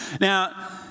Now